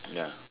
ya